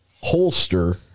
holster